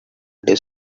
disk